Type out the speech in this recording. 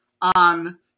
on